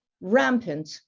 rampant